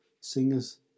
singers